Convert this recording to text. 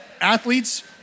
athletes